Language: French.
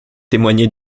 témoigner